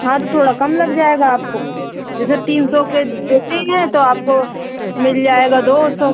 हाँ तो थोड़ा कम लग जाएगा आपको जैसे तीन सौ के देते हैं तो आपको मिल जाएगा दो सौ